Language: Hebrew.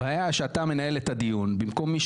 הבעיה שאתה מנהל את הדיון במקום מיש